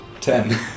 Ten